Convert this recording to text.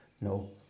No